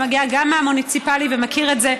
שמגיע גם הוא מהמוניציפלי ומכיר את זה,